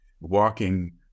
walking